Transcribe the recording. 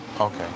Okay